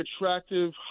attractive